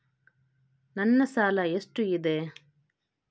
ನನ್ನ ಸಾಲ ಎಷ್ಟು ಇದೆ?